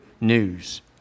news